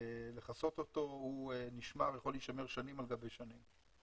לכסות פחם, הוא יכול להישמר שנים על גבי שנים.